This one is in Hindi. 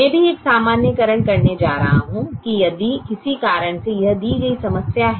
मैं भी एक सामान्यीकरण करने जा रहा हूं कि यदि किसी कारण से यह दी गई समस्या है